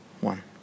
One